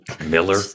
Miller